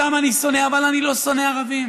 אותם אני שונא, אבל אני לא שונא ערבים.